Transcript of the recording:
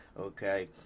Okay